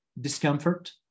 discomfort